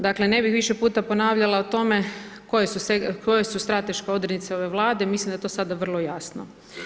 Dakle, ne bih više puta ponavljala o tome koje su strateške odrednice ove Vlade, mislim da je to sada vrlo jasno.